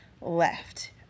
left